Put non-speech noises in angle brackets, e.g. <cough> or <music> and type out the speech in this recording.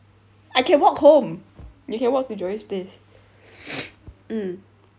I can walk home you can walk to joey's place <noise> mm